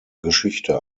geschichte